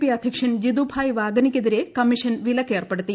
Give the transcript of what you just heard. P അധ്യക്ഷൻ ജിതുഭായി വാഗനിക്കെതിരെ commission വിലക്ക് ഏർപ്പെടുത്തി